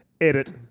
edit